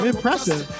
Impressive